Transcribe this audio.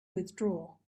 withdraw